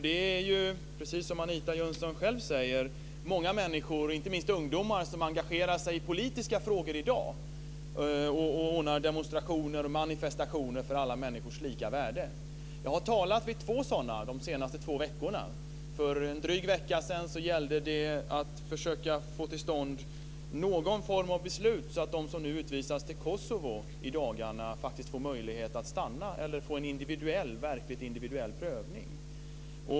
Det är ju precis som Anita Jönsson själv säger många människor, inte minst ungdomar, som engagerar sig i politiska frågor i dag och ordnar demonstrationer och manifestationer för alla människors lika värde. Jag har talat vid två sådana de senaste två veckorna. För en dryg vecka sedan gällde det att försöka få till stånd någon form av beslut så att de som nu i dagarna utvisas till Kosovo får möjlighet att stanna eller möjlighet till en verkligt individuell prövning.